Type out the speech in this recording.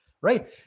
right